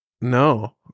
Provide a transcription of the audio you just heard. No